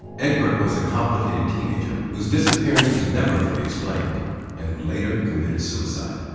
egbert was a complicated teenager whose disappearance was never fully explained and who later committed suicide.